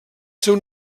seu